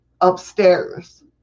upstairs